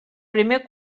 primer